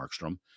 Markstrom